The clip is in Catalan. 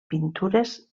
pintures